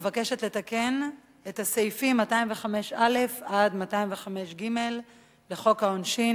מבקשות לתקן את סעיפים 205א עד 205ג לחוק העונשין,